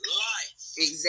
life